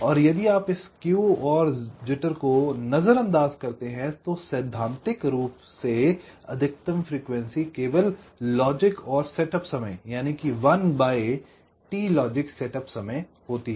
और यदि आप इस स्केव और जिटर को नजरअंदाज करते हैं तो सैद्धांतिक रूप से अधिकतम फ्रीक्वेंसी केवल लॉजिक और सेटअप समय 1 t लॉजिक सेटअप समय होती है